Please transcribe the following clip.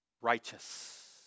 Righteous